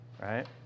right